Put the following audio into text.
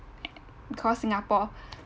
because singapore